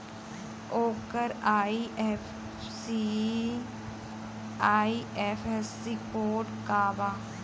ओकर IFSC code का बा?